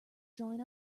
join